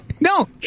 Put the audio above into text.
no